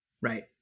Right